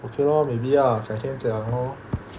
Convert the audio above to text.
okay lor maybe ah 改天讲 lor